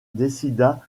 décida